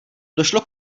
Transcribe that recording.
došlo